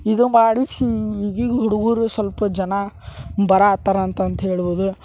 ಇದು ಮಾಡಿಸಿ ಈಗೀಗ ಹುಡುಗರು ಸ್ವಲ್ಪ ಜನ ಬರಹತ್ತಾರ ಅಂತಂತ ಹೇಳ್ಬೋದು